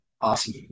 awesome